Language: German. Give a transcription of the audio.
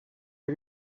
der